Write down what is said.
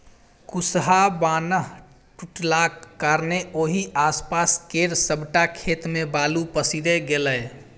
कुसहा बान्ह टुटलाक कारणेँ ओहि आसपास केर सबटा खेत मे बालु पसरि गेलै